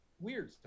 weird